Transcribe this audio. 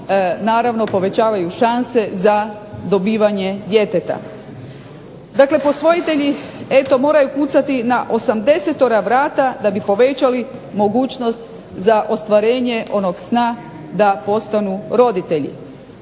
naravno povećavaju šanse za dobivanje djeteta. Dakle, posvojitelji moraju kucati na 80-tora vrata da bi povećali mogućnost za ostvarenje onog sna da postanu roditelji.